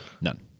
none